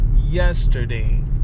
yesterday